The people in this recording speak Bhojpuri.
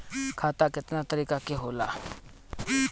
खाता केतना तरीका के होला?